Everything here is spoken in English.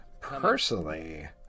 personally